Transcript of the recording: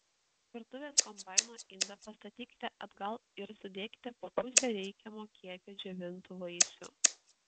virtuvės kombaino indą pastatykite atgal ir sudėkite po pusę reikiamo kiekio džiovintų vaisių